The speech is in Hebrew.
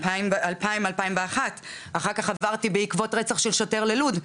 2000 2001. אחר כך עברתי בעקבות רצח של שוטר ללוד.